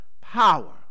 Power